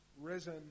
risen